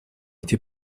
эти